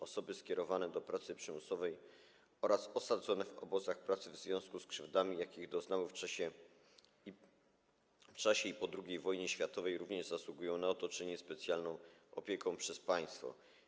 Osoby skierowane do pracy przymusowej oraz osadzone w obozach pracy w związku z krzywdami, jakich doznały w czasie II wojny światowej i po II wojnie światowej, również zasługują na otoczenie ich specjalną opieką przez państwo.